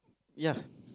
ya